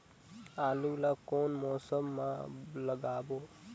आलू ला कोन मौसम मा लगाबो?